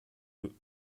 eux